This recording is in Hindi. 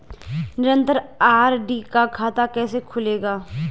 निरन्तर आर.डी का खाता कैसे खुलेगा?